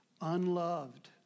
unloved